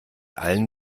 allen